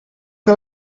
que